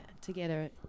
together